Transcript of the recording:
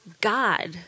God